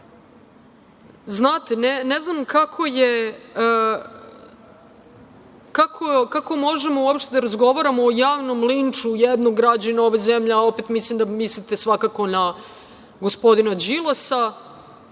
ostalog, ne znam kako možemo uopšte da razgovaramo o javnom linču jednog građanina ove zemlje, a opet mislim da mislite, svakako, na gospodina Đilasa,